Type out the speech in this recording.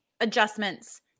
adjustments –